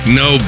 no